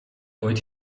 ooit